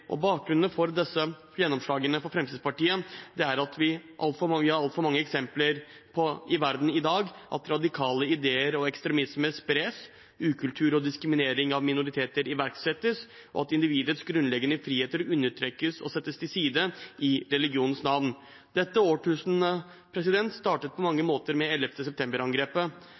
Bakgrunnen for disse gjennomslagene for Fremskrittspartiet er at vi i verden i dag har altfor mange eksempler på at radikale ideer og ekstremisme spres, at ukultur og diskriminering av minoriteter iverksettes, og at individets grunnleggende friheter undertrykkes og settes til side i religionens navn. Dette årtusenet startet på mange måter med